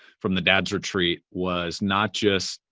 from the dads retreat was not just.